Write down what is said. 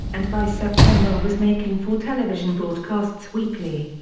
and by september was making four television broadcasts weekly.